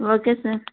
okay sir